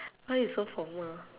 why you so formal